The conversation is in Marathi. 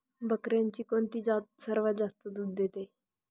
बकऱ्यांची कोणती जात सर्वात जास्त दूध देते?